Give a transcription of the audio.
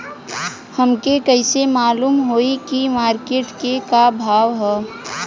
हमके कइसे मालूम होई की मार्केट के का भाव ह?